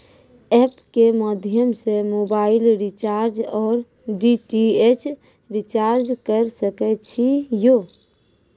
App के माध्यम से मोबाइल रिचार्ज ओर डी.टी.एच रिचार्ज करऽ सके छी यो?